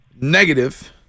Negative